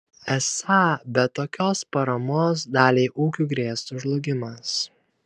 esą be tokios paramos daliai ūkių grėstų žlugimas